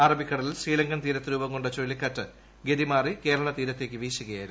അറബിക്കടലിൽ ശ്രീലങ്കൻ തീരത്ത് രൂപം കൊണ്ട ചുഴലിക്കാറ്റ് ഗതി മാറി കേരളതീരത്തേക്ക് വീശുകയായിരുന്നു